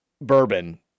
bourbon